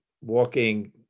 walking